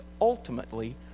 ultimately